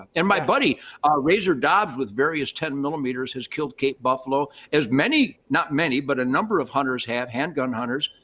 and my buddy razor dobbs, with various ten millimeters has killed cape buffalo, as many, not many, but a number of hunters have, handgun hunters,